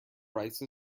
rice